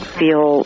feel